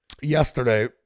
Yesterday